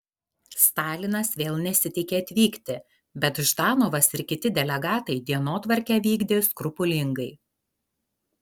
stalinas vėl nesiteikė atvykti bet ždanovas ir kiti delegatai dienotvarkę vykdė skrupulingai